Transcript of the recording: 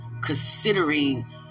considering